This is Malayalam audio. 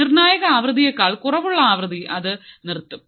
നിർണ്ണായക ആവൃത്തിയേക്കാൾ കുറവുള്ള ആവൃത്തി അത് നിർത്തും